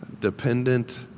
dependent